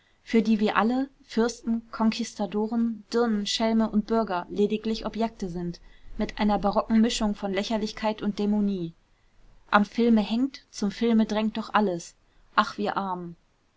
für die wir alle fürsten conquistadoren dirnen schelme und bürger lediglich objekte sind mit einer barocken mischung von lächerlichkeit und dämonie am filme hängt zum filme drängt doch alles ach wir armen